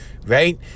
Right